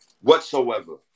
whatsoever